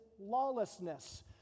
lawlessness